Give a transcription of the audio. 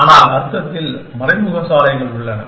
ஆனால் அர்த்தத்தில் மறைமுக சாலைகள் உள்ளன